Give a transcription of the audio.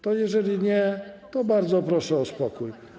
To jeżeli nie, to bardzo proszę o spokój.